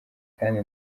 kandi